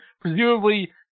presumably